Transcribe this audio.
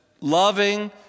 Loving